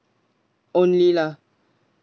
only lah